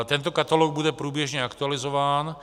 Tento katalog bude průběžně aktualizován.